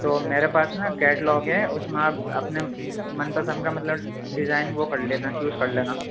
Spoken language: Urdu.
تو میرے پاس نا کیٹلاگ ہے اس میں آپ اپنے من پسند کا مطلب ڈیزائن وہ کر لینا چوز کر لینا